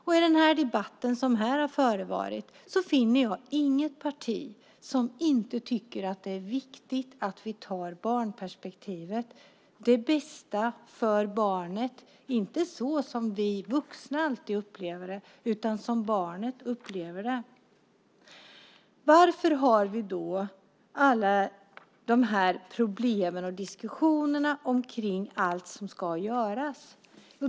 Att döma av den debatt som här förevarit finns inget parti som inte tycker att det är viktigt att utgå från barnperspektivet, det bästa för barnet, inte så som vi vuxna upplever det utan som barnet upplever det. Varför har vi då alla dessa problem och diskussioner omkring allt som ska göras?